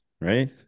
right